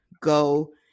go